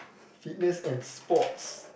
fitness and sports